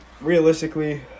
realistically